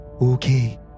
okay